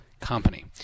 company